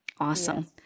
Awesome